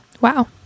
Wow